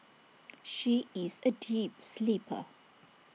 she is A deep sleeper